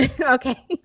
Okay